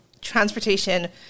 transportation